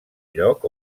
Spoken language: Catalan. lloc